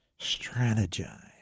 Strategize